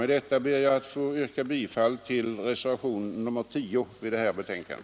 Med detta ber jag få yrka bifall till reservationen 10 vid detta betänkande.